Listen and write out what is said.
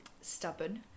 stubborn